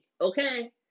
Okay